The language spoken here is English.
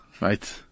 right